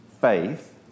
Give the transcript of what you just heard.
faith